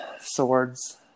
swords